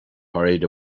hurried